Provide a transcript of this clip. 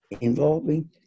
involving